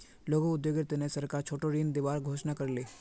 लघु उद्योगेर तने सरकार छोटो ऋण दिबार घोषणा कर ले